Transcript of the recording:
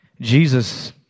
Jesus